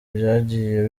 byagiye